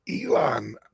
Elon